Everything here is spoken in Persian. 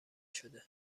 شده